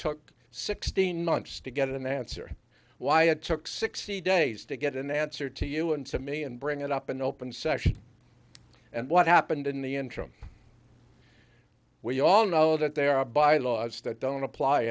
took sixteen months to get an answer why it took sixty days to get an answer to you and to me and bring it up in open session and what happened in the interim we all know that there are bylaws that don't apply